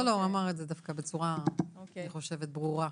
הוא אמר את זה בצורה, אני חושבת, ברורה.